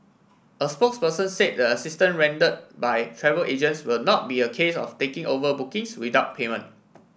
a spokesperson said the assistance rendered by travel agents will not be a case of taking over bookings without payment